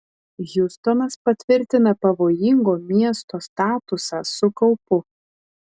hjustonas patvirtina pavojingo miesto statusą su kaupu